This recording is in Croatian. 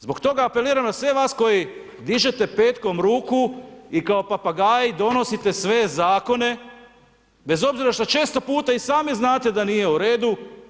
Zbog toga apeliram na sve vas koji dižete petkom ruku i kao papagaji donosite sve zakone bez obzira što često puta i sami znate da nije u redu.